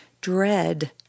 dread